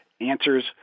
answers